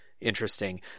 interesting